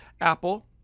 apple